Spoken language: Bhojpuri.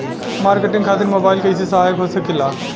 मार्केटिंग खातिर मोबाइल कइसे सहायक हो सकेला?